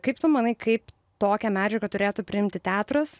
kaip tu manai kaip tokią medžiagą turėtų priimti teatras